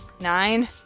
Nine